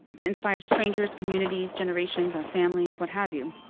to inspire strangers, communities, generations, our families, what have you.